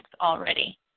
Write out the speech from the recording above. already